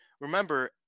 remember